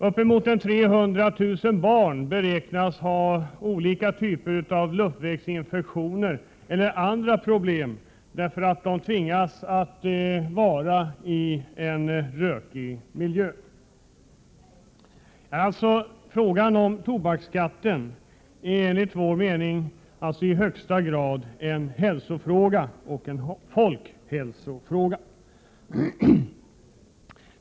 Uppemot 300 000 barn beräknas ha olika typer av luftvägsinfektioner eller andra problem därför att de tvingas att vistas i en rökig miljö. Frågan om tobaksskatten är enligt vår mening alltså i högsta grad en hälsofråga, en folkhälsofråga.